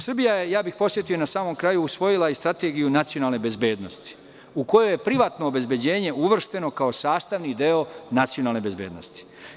Srbija je, podsetio bih na samom kraju, usvojila Strategiju nacionalne bezbednosti, u kojoj je privatno obezbeđenje uvršteno u sastavni deo nacionalne bezbednosti.